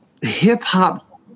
hip-hop